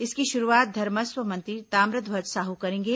इसकी शुरूआत धर्मस्व मंत्री ताम्रध्वज साहू करेंगे